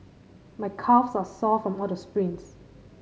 my calves are sore from all the sprints